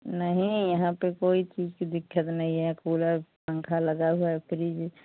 नहीं यहाँ पर कोई चीज़ की दिक्कत नहीं है कूलर पंखा लगा हुआ है फ्रिज